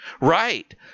Right